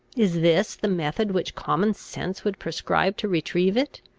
is this the method which common sense would prescribe to retrieve it?